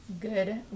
good